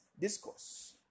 discourse